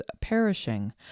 perishing